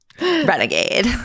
Renegade